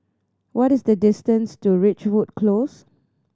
what is the distance to Ridgewood Close